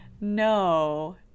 No